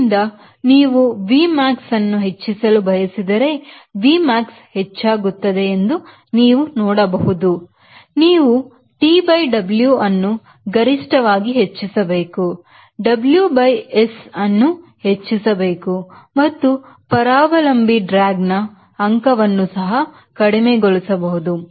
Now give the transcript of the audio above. ಆದ್ದರಿಂದ ನೀವು Vmax ಅನ್ನು ಹೆಚ್ಚಿಸಲು ಬಯಸಿದರೆ Vmax ಹೆಚ್ಚಾಗುತ್ತದೆ ಎಂದು ನೀವು ನೋಡಬಹುದು ನೀವು TW ಅನ್ನು ಗರಿಷ್ಠವಾಗಿ ಹೆಚ್ಚಿಸಬೇಕು WS ಅನ್ನು ಹೆಚ್ಚಿಸಬೇಕು ಮತ್ತು ಪರಾವಲಂಬಿ ಡ್ರ್ಯಾಗನ ಅಂಕವನ್ನು ಸಹ ಕಡಿಮೆಗೊಳಿಸಬಹುದು